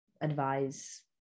advise